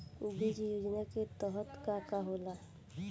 बीज योजना के तहत का का होला?